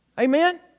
Amen